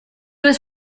was